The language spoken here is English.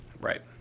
right